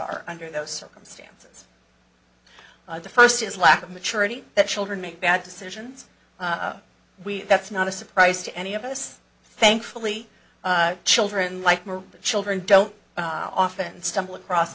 are under those circumstances the first is lack of maturity that children make bad decisions we that's not a surprise to any of us thankfully children like the children don't often stumble across